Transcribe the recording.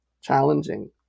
challenging